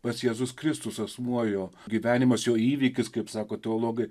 pats jėzus kristus asmuo jo gyvenimas jau įvykis kaip sako teologai